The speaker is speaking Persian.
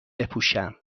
بپوشم